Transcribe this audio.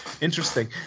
interesting